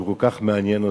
שהוא כל כך מעניין אותי.